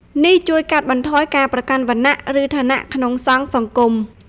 នេះជួយកាត់បន្ថយការប្រកាន់វណ្ណៈ ឬឋានៈក្នុងសង្ឃសង្គម។